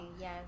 yes